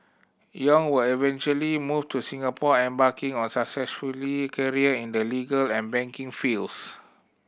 Yong would eventually move to Singapore embarking on successful career in the legal and banking fields